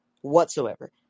whatsoever